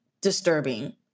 disturbing